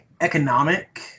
economic